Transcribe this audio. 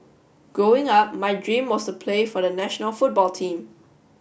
growing up my dream was to play for the national football team